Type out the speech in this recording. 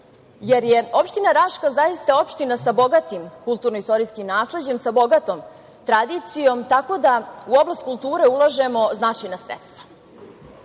jer je opština Raška zaista opština sa bogatim kulturno-istorijskim nasleđem, sa bogatom tradicijom, tako da u oblast kulture ulažemo značajna